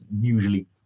usually